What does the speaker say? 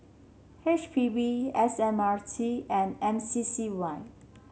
H P B S M R T and M C C Y